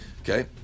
Okay